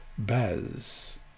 Baz